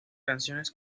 canciones